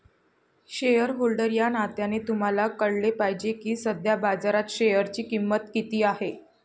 shareholder या नात्याने तुम्हाला कळले पाहिजे की सध्या बाजारात शेअरची किंमत किती आहे